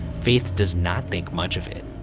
faith does not think much of it.